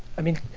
i mean,